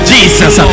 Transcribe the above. Jesus